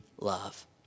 love